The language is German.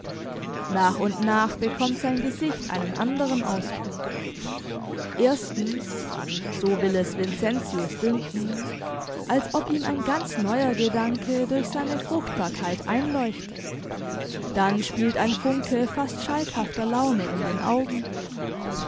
nach und nach bekommt sein gesicht einen anderen ausdruck erstens so will es vincentius dünken als ob ihm ein ganz neuer gedanke durch seine fruchtbarkeit einleuchte dann spielt ein funke fast schalkhafter laune in den augen